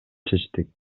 чечтик